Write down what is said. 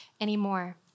anymore